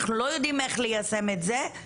אנחנו לא יודעים איך ליישם את זה.